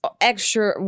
extra